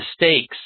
mistakes